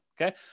Okay